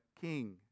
king